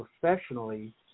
professionally